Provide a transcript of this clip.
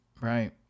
right